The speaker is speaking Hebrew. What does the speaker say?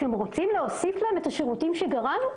אתם רוצים להוסיף את השירותים שגרענו?